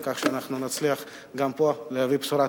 על כך שאנחנו נצליח גם פה להביא בשורה.